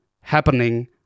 happening